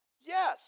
Yes